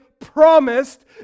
promised